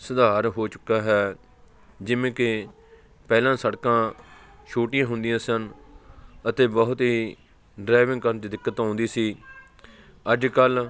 ਸੁਧਾਰ ਹੋ ਚੁੱਕਾ ਹੈ ਜਿਵੇਂ ਕਿ ਪਹਿਲਾਂ ਸੜਕਾਂ ਛੋਟੀਆਂ ਹੁੰਦੀਆਂ ਸਨ ਅਤੇ ਬਹੁਤ ਹੀ ਡਰਾਈਵਿੰਗ ਕਰਨ ਦੀ ਦਿੱਕਤ ਆਉਂਦੀ ਸੀ ਅੱਜ ਕੱਲ੍ਹ